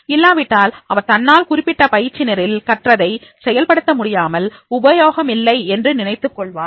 இல்லாவிட்டால் அவர் தன்னால் குறிப்பிட்ட பயிற்சி நிரலில் கற்றதை செயல்படுத்த முடியாமல் உபயோகமில்லை என்று நினைத்துக் கொள்வார்